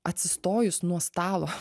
atsistojus nuo stalo